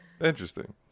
Interesting